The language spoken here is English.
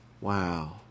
Wow